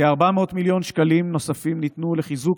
כ-400 מיליון שקלים נוספים ניתנו לחיזוק